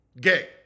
gay